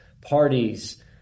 parties